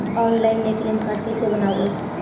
Online ATM card कैसे बनाबौ?